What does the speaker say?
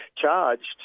charged